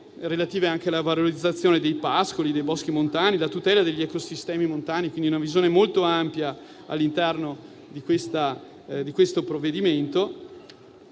ma anche la valorizzazione dei pascoli e dei boschi montani, la tutela degli ecosistemi montani in una visione molto ampia all'interno del provvedimento.